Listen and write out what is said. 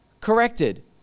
corrected